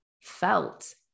felt